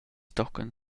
tochen